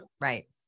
right